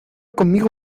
conmigo